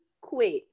quit